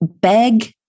beg